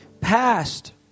past